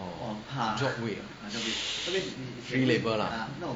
orh job week ah free labour lah